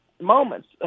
moments